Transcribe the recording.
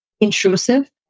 intrusive